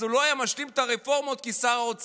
אז הוא לא היה משלים את הרפורמות כשר האוצר.